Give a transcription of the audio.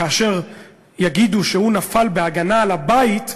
כאשר יגידו שהוא נפל בהגנה על הבית,